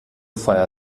feier